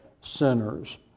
sinners